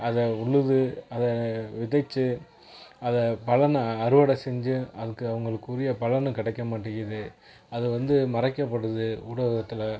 அதை உழுது அதை விதைத்து அதை பலன் அறுவடை செஞ்சு அதுக்கு அவங்களுக்கு உரிய பலன் கிடைக்க மாட்டிங்கிது அது வந்து மறைக்கபடுது ஊடகத்தில்